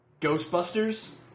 Ghostbusters